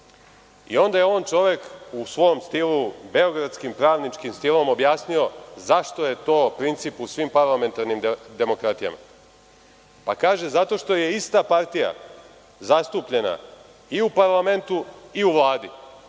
Onda je on, čovek, u svom stilu, beogradskim pravničkim stilom, objasnio zašto princip u svim parlamentarnim demokratijama. Kaže – zato što je ista partija zastupljena i u parlamentu i u Vladi,